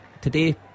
today